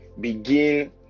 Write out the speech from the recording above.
begin